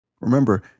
Remember